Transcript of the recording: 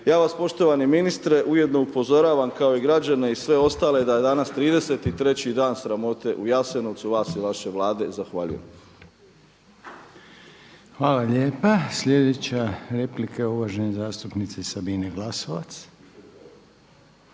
Ja vas poštovani ministre ujedno upozoravam kao i građane i sve ostale da je danas 33 dan sramote u Jasenovcu vas i vaše Vlade. Zahvaljujem. **Reiner, Željko (HDZ)** Hvala lijepa. Sljedeća replika je uvažene zastupnice Sabine Glasovac.